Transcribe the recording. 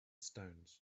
stones